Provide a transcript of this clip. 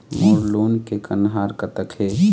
मोर loan के कन्हार कतक हे?